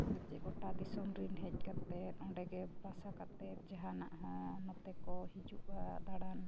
ᱯᱟᱪᱮᱜ ᱜᱚᱴᱟ ᱫᱤᱥᱚᱢ ᱨᱮᱱ ᱦᱮᱡ ᱠᱟᱛᱮᱫ ᱚᱸᱰᱮ ᱜᱮ ᱵᱟᱥᱟ ᱠᱟᱛᱮᱫ ᱡᱟᱦᱟᱱᱟᱜ ᱦᱚᱸ ᱱᱚᱛᱮ ᱠᱚ ᱦᱤᱡᱩᱜᱼᱟ ᱫᱟᱬᱟᱱ